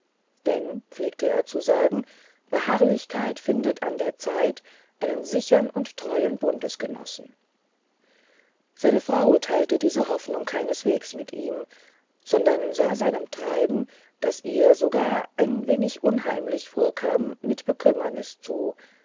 denn pflegte er zu sagen beharrlichkeit findet an der zeit einen sichern und treuen bundesgenossen seine frau teilte diese hoffnung keinesweges mit ihm sondern sah seinem treiben das ihr sogar ein wenig unheimlich vorkam mit bekümmernis zu